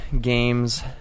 games